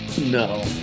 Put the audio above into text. No